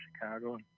Chicago